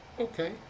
Okay